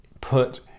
put